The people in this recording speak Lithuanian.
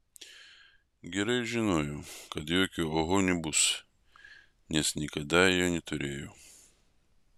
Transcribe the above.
gerai žinojau kad jokio oho nebus nes niekada jo neturėjau